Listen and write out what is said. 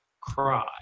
cry